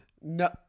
no